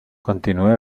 continué